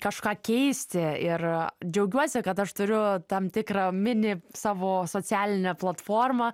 kažką keisti ir džiaugiuosi kad aš turiu tam tikrą mini savo socialinę platformą